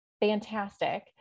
Fantastic